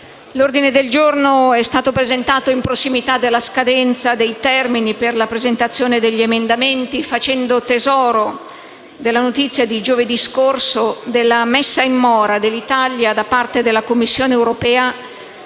L'ordine del giorno è stato presentato in prossimità della scadenza dei termini per la presentazione degli emendamenti, facendo tesoro della notizia di giovedì scorso della messa in mora dell'Italia da parte della Commissione europea